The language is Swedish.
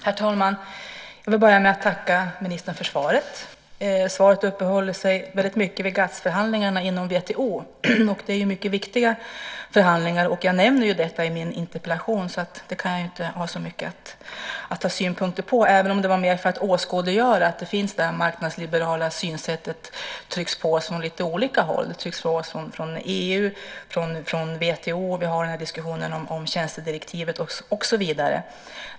Herr talman! Jag vill börja med att tacka ministern för svaret. Svaret uppehåller sig mycket vid GATS-förhandlingarna i WTO. Det är mycket viktiga förhandlingar. Jag nämner detta i min interpellation. Det kan jag inte ha så mycket synpunkter på, även om det var mer för att åskådliggöra att det marknadsliberala synsättet trycker på från olika håll, från EU, WTO, diskussionen om tjänstedirektivet och så vidare.